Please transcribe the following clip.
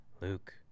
Luke